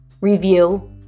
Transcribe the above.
review